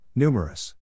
Numerous